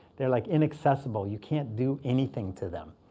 they're like inaccessible. you can't do anything to them.